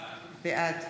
בעד